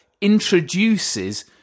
introduces